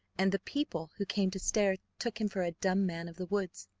and the people who came to stare took him for a dumb man of the woods.